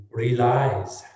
realize